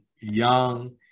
Young